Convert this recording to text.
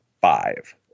five